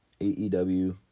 aew